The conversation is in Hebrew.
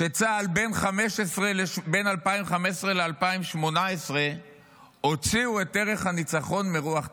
שצה"ל בין 2015 ל-2018 הוציאו את ערך הניצחון מרוח צה"ל.